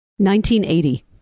1980